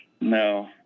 No